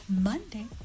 Monday